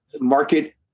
market